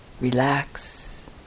relax